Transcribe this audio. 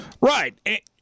Right